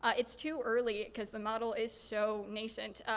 ah it's too early, cause the model is so nascent,